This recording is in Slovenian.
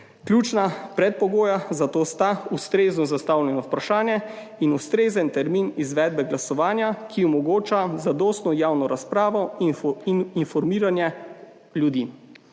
Ključna predpogoja za to sta ustrezno zastavljeno vprašanje in ustrezen termin izvedbe glasovanja, ki omogoča zadostno javno razpravo in informiranje ljudi.